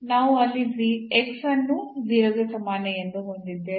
ನಾವು ಅಲ್ಲಿ x ಅನ್ನು 0 ಗೆ ಸಮಾನ ಎಂದು ಹೊಂದಿದ್ದೇವೆ